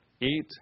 eat